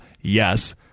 yes